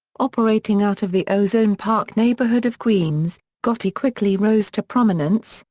operating out of the ozone park neighborhood of queens, gotti quickly rose to prominence,